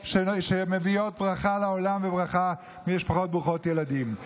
שמביאות ברכה לעולם וברכה למשפחות ברוכות ילדים.